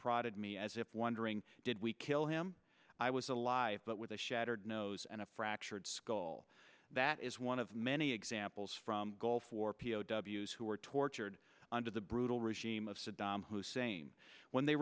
prodded me as if wondering did we kill him i was alive but with a shattered nose and a fractured skull that is one of many examples from goal for p o w s who were tortured under the brutal regime of saddam hussein when they